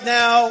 now